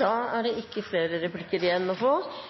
Replikkordskiftet er dermed omme. Trontale og trontaledebatt har jeg alltid syntes har vært spesielt. Da